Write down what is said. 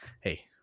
hey